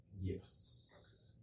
Yes